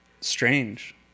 strange